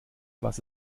was